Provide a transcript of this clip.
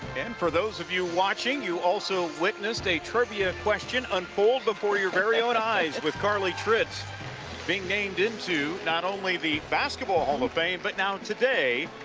and for those of you watching, you also witnessed a trivia question unfold before your veryown eyes with carly tritz being named into not only the basketball hall of fame, but now today,